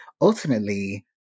ultimately